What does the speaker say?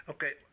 Okay